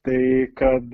tai kad